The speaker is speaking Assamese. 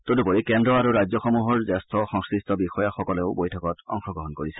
তদুপৰি কেন্দ্ৰ আৰু ৰাজ্যসমূহৰ জ্যেষ্ঠ সংশ্লিষ্ট বিষয়াসকলেও বৈঠকত অংশগ্ৰহণ কৰিছে